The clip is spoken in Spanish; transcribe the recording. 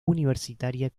universitaria